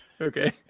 Okay